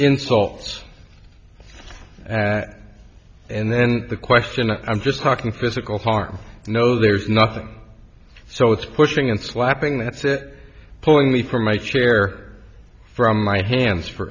insults and then the question i am just talking physical harm no there's nothing so it's pushing and slapping that's it pulling me from a chair from my hands for